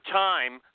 time